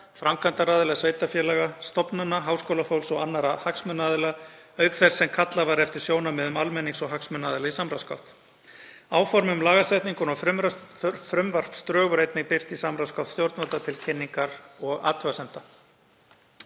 framkvæmdaraðila, sveitarfélaga, stofnana, háskólafólks og annarra hagsmunaaðila auk þess sem kallað var eftir sjónarmiðum almennings og hagsmunaaðila í samráðsgátt. Áform um lagasetninguna og frumvarpsdrög voru einnig birt í samráðsgátt stjórnvalda til kynningar og athugasemda.